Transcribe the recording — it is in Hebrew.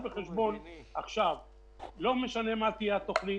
לא משנה מה תהיה התוכנית,